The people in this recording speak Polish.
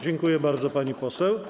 Dziękuję bardzo, pani poseł.